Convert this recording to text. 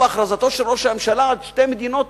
והכרזתו של ראש הממשלה על שתי מדינות